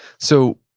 so,